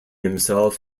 himself